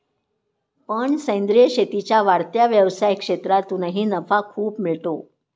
पण सेंद्रीय शेतीच्या वाढत्या व्यवसाय क्षेत्रातूनही नफा खूप मिळतो